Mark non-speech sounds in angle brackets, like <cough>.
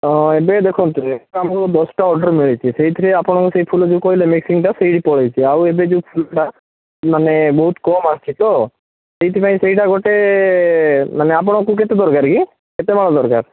ହଁ ଏବେ ଦେଖନ୍ତୁ <unintelligible> ଏକା ମୁଁ ଦଶଟା ଅର୍ଡ଼ର ମିଳିଛି ସେଇଥିରେ ଆପଣ ସେଇ ଫୁଲ ଯେଉଁ କହିଲେ ମିକ୍ସିଂଟା ସିଏ ବି ପଳାଇଛି ଆଉ ଏବେ ଯେଉଁ ଫୁଲଟା ମାନେ ବହୁତ କମ୍ ଆସୁଛି ତ ସେଇଥିପାଇଁ ସେଇଟା ଗୋଟେ ମାନେ ଆପଣଙ୍କୁ କେତେ ଦରକାର କି କେତେ କ'ଣ ଦରକାର